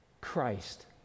Christ